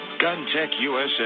GunTechUSA